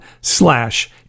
slash